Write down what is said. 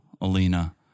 Alina